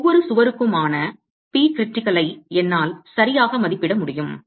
ஒவ்வொரு சுவருக்குமான Pcritical ஐ என்னால் சரியாக மதிப்பிட முடியும்